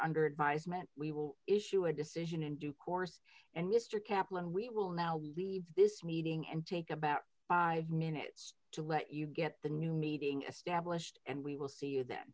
under advisement we will issue a decision in due course and mr kaplan we will now leave this meeting and take about five minutes to let you get the new meeting established and we will see you then